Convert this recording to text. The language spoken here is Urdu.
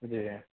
جی